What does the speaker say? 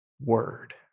word